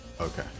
Okay